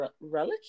relish